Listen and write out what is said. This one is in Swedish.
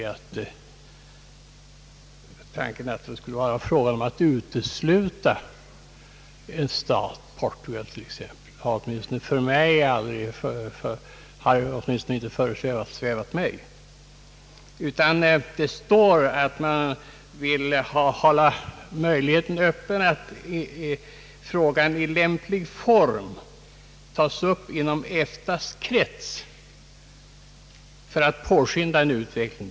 Tanken att det skulle vara fråga om att utesluta en stat ur EFTA, t.ex. Portugal, har åtminstone inte föresvävat mig. Det står i det särskilda yttrandet, att man vill hålla möjligheten öppen »att taga upp frågan i lämplig form inom EFTA:s krets för att påskynda en utveckling».